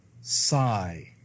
sigh